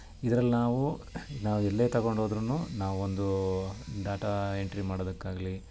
ಇದ್ರಲ್ಲಿ ನಾವು ನಾವು ಎಲ್ಲೇ ತಗೊಂಡು ಹೋದ್ರೂ ನಾವೊಂದು ಡಾಟಾ ಎಂಟ್ರಿ ಮಾಡೊದಕ್ಕಾಗಲೀ